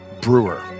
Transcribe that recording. Brewer